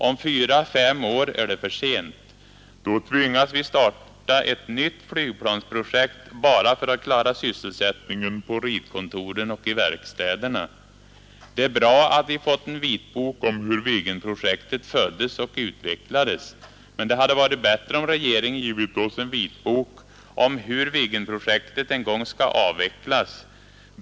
Om fyra fem år är det för sent. Då tvingas vi starta ett nytt flygplansprojekt bara för att klara sysselsättningen på ritkontoren och i verkstäderna. Det är bra att vi fått en vitbok om hur Viggenprojektet föddes och utvecklades. Men det hade varit bättre om regeringen givit oss en vitbok om hur Viggenprojektet en gång ska avvecklas.